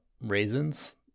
raisins